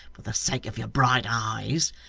for the sake of your bright eyes.